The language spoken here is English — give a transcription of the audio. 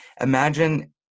Imagine –